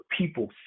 people